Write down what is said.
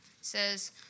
says